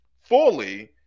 fully